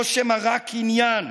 או שמא רק קניין?